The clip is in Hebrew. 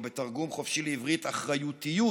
או בתרגום חופשי לעברית אחריותיות,